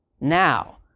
now